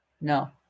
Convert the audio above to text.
No